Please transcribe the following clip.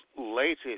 latest